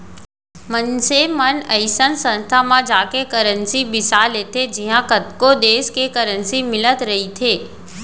मनसे मन अइसन संस्था म जाके करेंसी बिसा लेथे जिहॉं कतको देस के करेंसी मिलत रहिथे